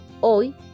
Hoy